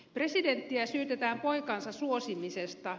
presidenttiä syytetään poikansa suosimisesta